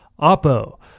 OPPO